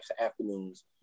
afternoons